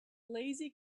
lazy